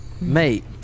Mate